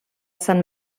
sant